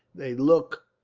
they look